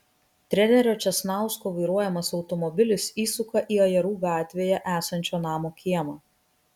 trenerio česnausko vairuojamas automobilis įsuka į ajerų gatvėje esančio namo kiemą